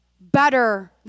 better